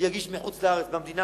יגיש את הבקשה